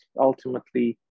ultimately